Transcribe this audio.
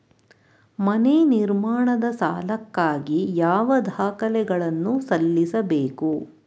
ಮನೆ ನಿರ್ಮಾಣದ ಸಾಲಕ್ಕಾಗಿ ಯಾವ ದಾಖಲೆಗಳನ್ನು ಸಲ್ಲಿಸಬೇಕು?